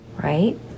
right